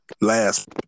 Last